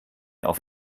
auf